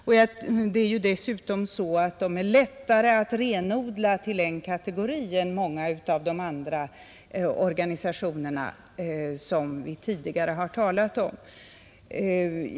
Dessutom är de här samfunden lättare att renodla till en kategori än många av de andra organisationer som vi tidigare har talat om.